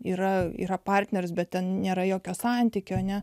yra yra partneris bet ten nėra jokio santykio ne